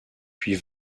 puis